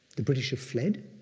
the british have fled,